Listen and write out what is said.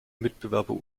mitbewerber